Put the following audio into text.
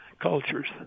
cultures